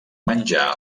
menjar